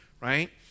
right